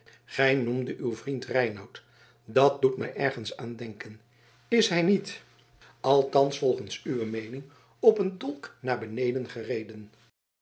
gij noemdet uw vriend reinout dat doet mij ergens aan denken is hij niet althans volgens uwe meening op een dolk naar beneden gereden